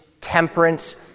temperance